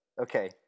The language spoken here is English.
okay